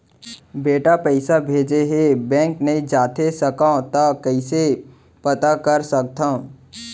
बेटा पइसा भेजे हे, बैंक नई जाथे सकंव त कइसे पता कर सकथव?